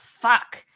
fuck